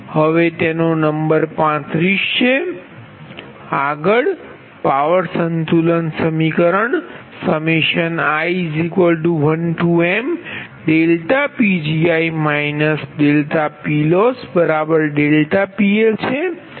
હવે તેનો નંબર 35 છે આગળ પાવર સંતુલન સમીકરણi1m∆Pgi ∆PLoss∆PL છે